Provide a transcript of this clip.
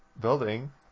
building